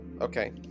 okay